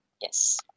Yes